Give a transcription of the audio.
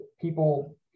people